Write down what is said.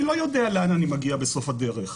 אני לא יודע לאן אני מגיע בסוף הדרך,